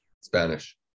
Spanish